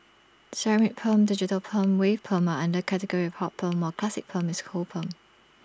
ceramic perm digital perm wave perm are under category of hot perm while classic perm is cold perm